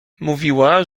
mówiła